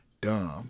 dumb